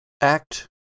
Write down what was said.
Act